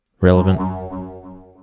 relevant